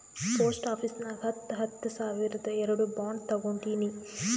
post office ನಾಗ್ ಹತ್ತ ಹತ್ತ ಸಾವಿರ್ದು ಎರಡು ಬಾಂಡ್ ತೊಗೊಂಡೀನಿ